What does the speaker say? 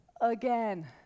again